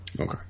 Okay